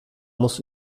muss